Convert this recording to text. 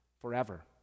forever